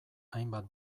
hainbat